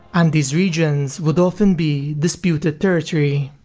and these regions would often be disputed territory.